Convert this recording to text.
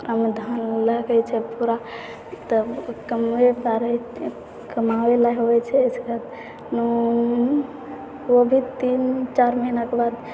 ओकरामे धान लगैत छै पूरा तब कमबै पड़ैत छै कमाबैला होइत छै इसके बाद ने ओ भी तीन चारि महिनाके बाद